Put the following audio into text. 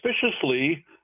suspiciously